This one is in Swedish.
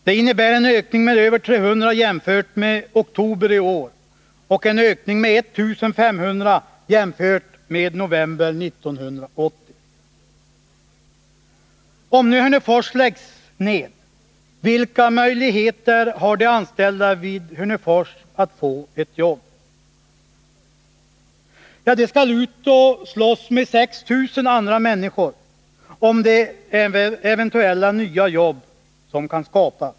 Det innebär en ökning med över 300 jämfört med oktober i år och en ökning med 1 500 jämfört med november 1980. Om Hörnefors läggs ned — vilka möjligheter har de anställda vid Hörnefors att få andra jobb? Ja, de skall ut och slåss med 6 000 andra människor om de eventuella nya jobb som kan skapas.